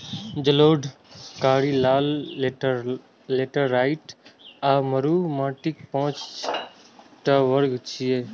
जलोढ़, कारी, लाल, लेटेराइट आ मरु माटिक पांच टा वर्ग छियै